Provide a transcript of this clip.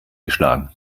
geschlagen